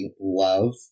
love